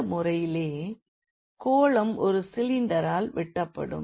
இந்த முறையிலே கோளம் ஒரு சிலிண்டரால் வெட்டப்படும்